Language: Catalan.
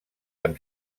amb